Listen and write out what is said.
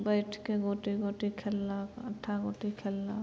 बैठिके गोटी गोटी खेललक अट्ठा गोटी खेललक